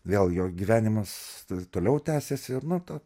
vėl jo gyvenimas toliau tęsėsi ir nu ta